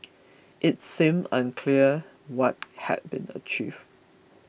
it seemed unclear what had been achieved